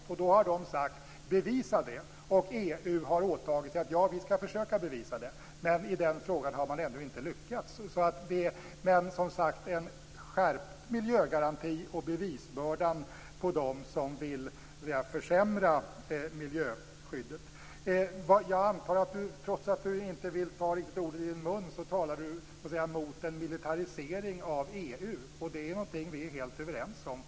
De har sagt att EU skall bevisa det. EU har åtagit sig att försöka bevisa det. I den frågan har man ännu inte lyckats. Det skall vara en skärpt miljöragaranti, och bevisbördan skall läggas på dem som vill försämra miljöskyddet. Trots att du inte riktigt vill ta ordet i din mun, antar jag att du talar emot en militarisering av EU. Det är någonting vi är helt överens om.